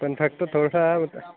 पण फक्त थोडसा होता